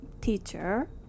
teacher